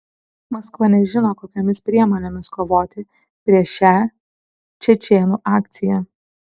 maskva nežino kokiomis priemonėmis kovoti prieš šią čečėnų akciją